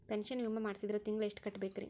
Pension ವಿಮಾ ಮಾಡ್ಸಿದ್ರ ತಿಂಗಳ ಎಷ್ಟು ಕಟ್ಬೇಕ್ರಿ?